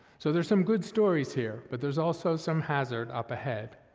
so, there's some good stories here, but there's also some hazard up ahead,